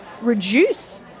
reduce